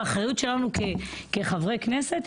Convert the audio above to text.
באחריות שלנו כחברי כנסת,